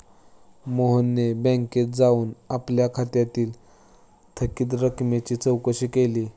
मोहनने बँकेत जाऊन आपल्या खात्यातील थकीत रकमेची चौकशी केली